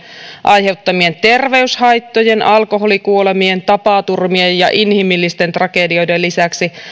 aiheuttamien terveyshaittojen alkoholikuolemien tapaturmien ja inhimillisten tragedioiden lisäksi